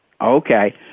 Okay